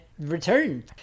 return